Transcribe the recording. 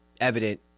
evident